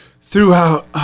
throughout